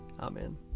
Amen